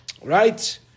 right